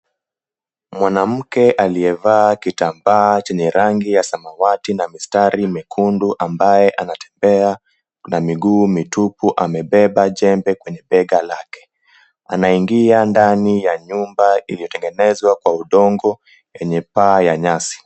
Mwanamke aliyevaa kitamba chenye rangi ya samawati na mistari mekundu ambaye anatembea na miguu mitupu amebeba jembe kwenye bega lake. Anaingia ndani ya nyumba iliyotengenezwa kwa udongo yenye paa ya nyasi.